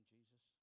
Jesus